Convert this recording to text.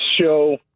show